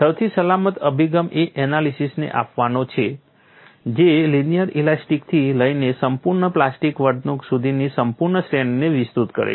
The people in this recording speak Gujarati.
સૌથી સલામત અભિગમ એ એનાલિસીસને અપનાવવાનો છે જે લિનિયર ઇલાસ્ટિકથી લઈને સંપૂર્ણ પ્લાસ્ટિક વર્તણૂક સુધીની સંપૂર્ણ શ્રેણીને વિસ્તૃત કરે છે